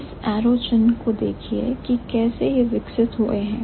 इस arrow mark को देखिए कि कैसे यह विकसित हुए हैं